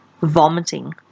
vomiting